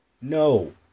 No